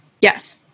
Yes